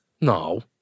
no